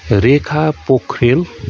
Rekha Pokharel